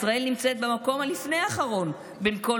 ישראל נמצאת במקום הלפני-האחרון בין כל